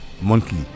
monthly